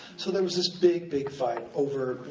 so there was this big, big fight over,